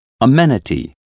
Amenity